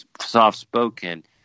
soft-spoken